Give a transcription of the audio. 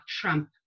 trump